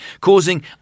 causing